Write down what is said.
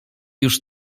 już